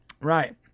right